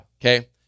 Okay